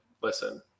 listen